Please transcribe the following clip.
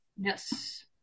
Yes